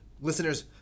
Listeners